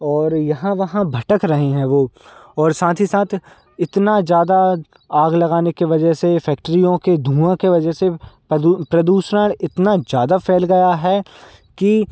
और यहाँ वहाँ भटक रहें हैं वो और साथ ही साथ इतना ज्यादा आग लगाने के वजह से फैक्ट्रीयों के धुएँ के वजह से प्रदू प्रदूषणन इतना ज्यादा फै़ल गया है कि